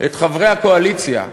את חברי הקואליציה,